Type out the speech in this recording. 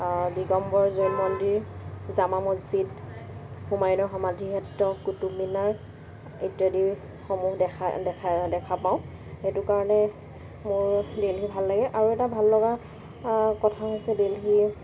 দিগম্বৰ জৈন মন্দিৰ জামা মছজিদ হোমায়ুনৰ সমাধি ক্ষেত্ৰ কুটুবমিনাৰ ইত্যাদিসমূহ দেখা দেখা দেখা পাওঁ সেইটো কাৰণে মোৰ দেল্হি ভাল লাগে আৰু এটা ভাল লগা কথা হৈছে দিল্লী